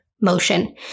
motion